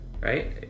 right